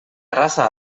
erraza